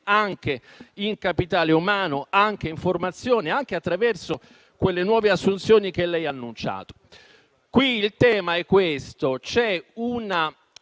anche in capitale umano, in formazione e attraverso quelle nuove assunzioni che lei ha annunciato. Il tema è questo: c'è un